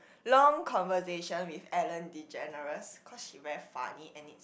long conversation with Ellen-DeGeneres cause she very funny and it